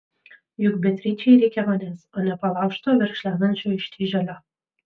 juk beatričei reikia manęs o ne palaužto verkšlenančio ištižėlio